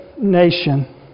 nation